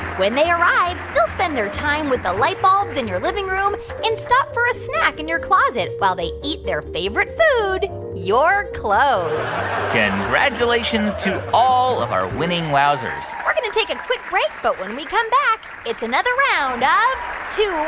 when they arrive, they'll spend their time with the lightbulbs in your living room and stop for a snack in your closet while they eat their favorite food your clothes congratulations to all of our winning wowzers we're going to take a quick break. but when we come back, it's another round ah and a